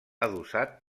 adossat